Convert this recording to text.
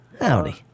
Howdy